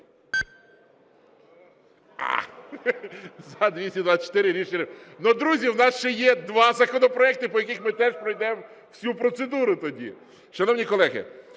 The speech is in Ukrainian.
За-224 Рішення не прийнято. Друзі, в нас ще є два законопроекти, по яких ми теж пройдемо всю процедуру тоді. Шановні колеги,